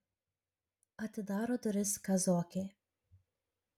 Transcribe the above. atidaro duris kazokė